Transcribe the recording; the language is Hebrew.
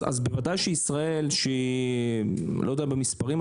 בוודאי שישראל שהיא לא יודע במספרים,